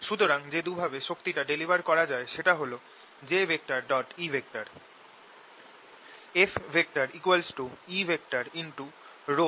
সুতরাং যে দু ভাবে শক্তিটা ডেলিভার করা যায় সেটা হল j E